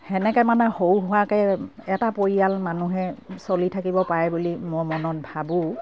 সেনেকে মানে সৰু সুৰাকে এটা পৰিয়াল মানুহে চলি থাকিব পাৰে বুলি মই মনত ভাবোঁ